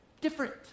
different